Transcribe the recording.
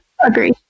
Agree